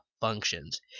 functions